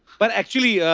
but actually,